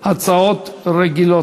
הצעות רגילות,